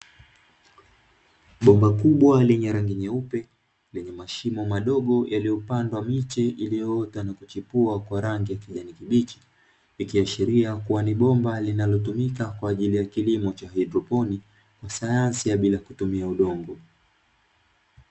Bomba kubwa lenye rangi nyeupe lenye mashimo madogo, yaliyopandwa miche iliyoota na kuchipua kwa rangi ya kijani kibichi, ikiashiria kuwa ni bomba linalotumika kwa ajili ya kilimo cha haidroponi, kwa sayansi ya bila kutumia udongo.